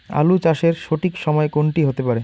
আলু চাষের সঠিক সময় কোন টি হতে পারে?